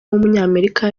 w’umunyamerika